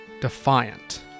defiant